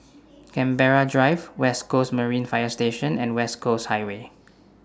Canberra Drive West Coast Marine Fire Station and West Coast Highway